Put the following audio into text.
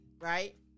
right